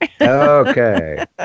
Okay